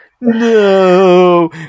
no